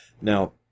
Now